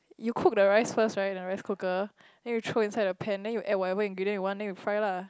you cook the rice first right in the rice cooker then you throw inside the pan then you add whatever ingredient you want then you fry lah